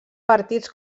partits